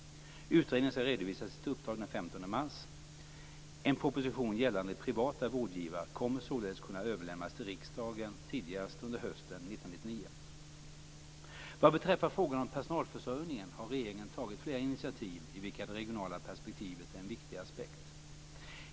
Utredningen skall redovisa sitt uppdrag den 15 mars. En proposition gällande privata vårdgivare kommer således att kunna överlämnas till riksdagen tidigast under hösten Vad beträffar frågan om personalförsörjningen har regeringen tagit flera initiativ i vilka det regionala perspektivet är en viktig aspekt.